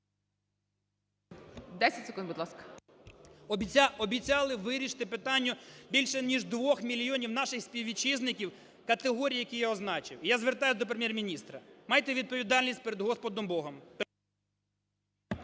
…обіцяли вирішити питання більше ніж 2 мільйонів наших співвітчизників, категорій, які я означив. І я звертаюсь до Прем'єр-міністра. Майте відповідальність перед Господом Богом…